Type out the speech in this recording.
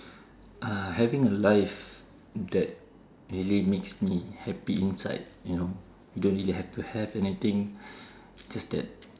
uh having a life that really makes me happy inside you know you don't need to have to have anything just that